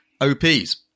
OPs